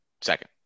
second